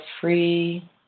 free